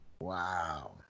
Wow